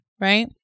Right